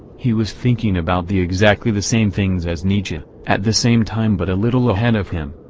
he was thinking about the exactly the same things as nietzsche, at the same time but a little ahead of him,